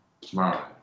tomorrow